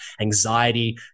anxiety